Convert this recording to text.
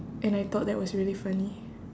and I thought that was really funny